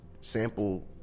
Sample